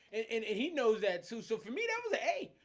and and he knows that too so for me that was a hey,